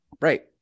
right